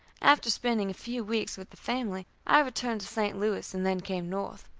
after spending a few weeks with the family, i returned to st. louis, and then came north.